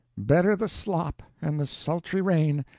better the slop, and the sultry rain,